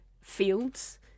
fields